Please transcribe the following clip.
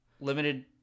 limited